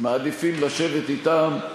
מעדיפים לשבת אִתם.